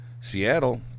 Seattle